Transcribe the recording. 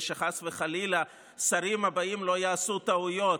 שחס וחלילה השרים הבאים לא יעשו טעויות.